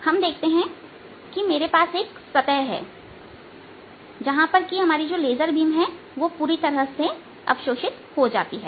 हम देखते हैं कि मेरे पास एक सतह है जहां यह लेजर बीम पूरी तरह अवशोषित हो जाती है